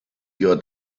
your